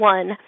One